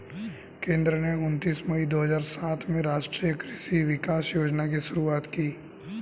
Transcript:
केंद्र ने उनतीस मई दो हजार सात में राष्ट्रीय कृषि विकास योजना की शुरूआत की